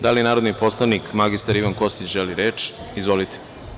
Da li na narodni poslanik mr Ivan Kostić želi reč? (Da.) Izvolite.